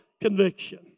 conviction